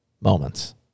moments